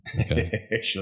okay